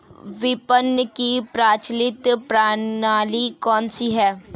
विपणन की प्रचलित प्रणाली कौनसी है?